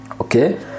okay